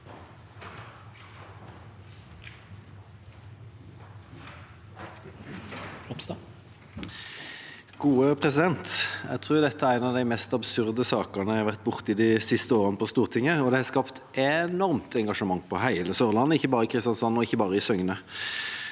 Jeg tror dette er en av de mest absurde sakene jeg har vært borti de siste årene på Stortinget. Det har skapt enormt engasjement på hele Sørlandet, ikke bare i Kristiansand og ikke bare i Søgne.